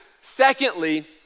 Secondly